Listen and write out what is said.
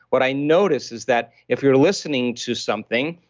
what i notice is that if you're listening to something,